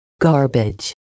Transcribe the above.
Garbage